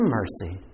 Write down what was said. mercy